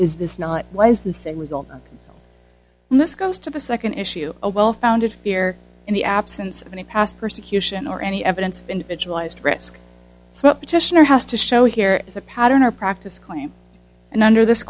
is this not why is the same result and this goes to the second issue a well founded fear in the absence of any past persecution or any evidence individualized risk so what position are has to show here is a pattern or practice claim and under this